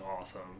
awesome